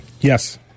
Yes